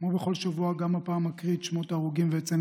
כמו בכל שבוע גם הפעם אקריא את שמות ההרוגים ואציין